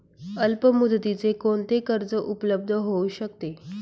अल्पमुदतीचे कोणते कर्ज उपलब्ध होऊ शकते?